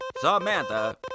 Samantha